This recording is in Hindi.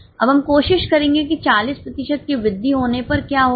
अब हम कोशिश करेंगे कि 40 प्रतिशत की वृद्धि होने पर क्या होगा